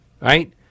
right